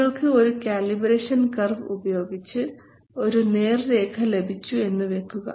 നിങ്ങൾക്ക് ഒരു calibration curve ഉപയോഗിച്ച് ഒരു നേർരേഖ ലഭിച്ചു എന്ന് വെക്കുക